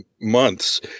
months